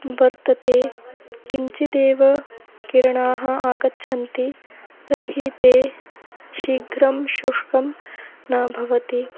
वर्तते किञ्चितेव किरणाः आगच्छन्ति तर्हि ते शीघ्रं शुष्कं न भवति